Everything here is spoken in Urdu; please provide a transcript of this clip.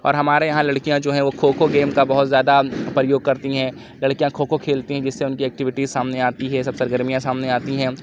اور ہمارے یہاں لڑکیاں جو ہیں وہ کھوکھو گیم کا بہت زیادہ پریوگ کرتی ہیں لڑکیاں کھوکھو کھیلتی ہیں جس سے اُن کی ایکٹیویٹیز سامنے آتی ہے یہ سب سرگرمیاں سامنے آتی ہیں